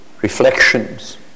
reflections